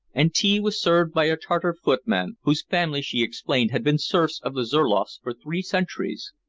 and tea was served by a tartar footman, whose family she explained had been serfs of the zurloffs for three centuries,